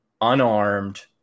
unarmed